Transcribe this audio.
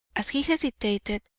as he hesitated,